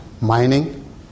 mining